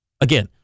Again